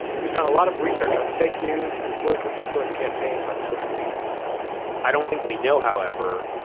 who's done a lot of research on fake news and political influence campaigns on social media i don't think we know, however,